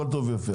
הכול טוב ויפה,